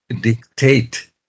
dictate